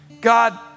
God